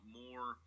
more